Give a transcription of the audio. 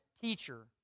teacher